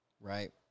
right